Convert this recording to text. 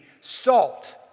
salt